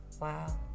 Wow